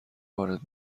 وارد